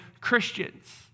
Christians